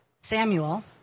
Samuel